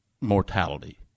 mortality